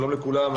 שלום לכולם.